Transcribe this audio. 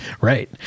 right